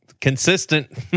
consistent